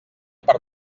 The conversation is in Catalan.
per